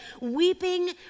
weeping